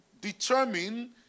determine